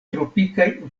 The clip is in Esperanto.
tropikaj